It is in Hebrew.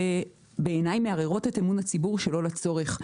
שבעיני מערערות את אמון הציבור שלא לצורך.